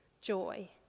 joy